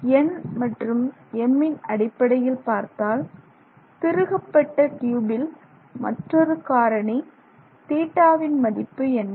n மற்றும் m ன் அடிப்படையில் பார்த்தால் திருகப்பட்ட ட்யூபில் மற்றொரு காரணி தீட்டாவின் மதிப்பு என்ன